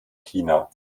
china